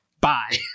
bye